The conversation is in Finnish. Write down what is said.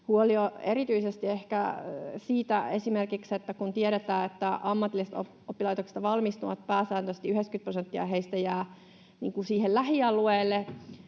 erityisesti siitä, kun tiedetään, että ammatillisista oppilaitoksista valmistuvista pääsääntöisesti 90 prosenttia jää siihen lähialueelle